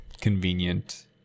convenient